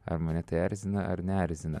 ar mane tai erzina ar neerzina